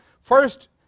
First